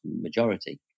majority